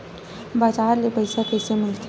बजार ले पईसा कइसे मिलथे?